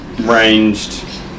ranged